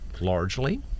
largely